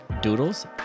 Doodles